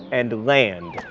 and land.